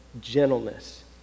gentleness